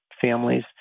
families